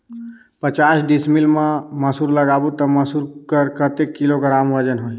पचास डिसमिल मा मसुर लगाबो ता मसुर कर कतेक किलोग्राम वजन होही?